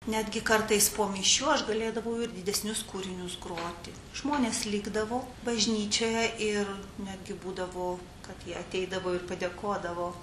netgi kartais po mišių aš galėdavau ir didesnius kūrinius groti žmonės likdavo bažnyčioje ir netgi būdavo kad jie ateidavo ir padėkodavo